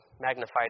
magnified